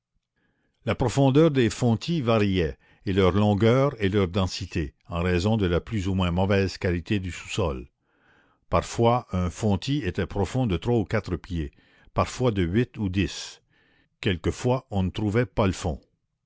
la profondeur des fontis variait et leur longueur et leur densité en raison de la plus ou moins mauvaise qualité du sous-sol parfois un fontis était profond de trois ou quatre pieds parfois de huit ou dix quelquefois on ne trouvait pas le fond